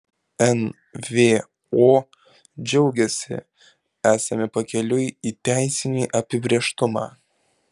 nvo džiaugiasi esame pakeliui į teisinį apibrėžtumą